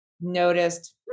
noticed